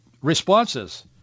responses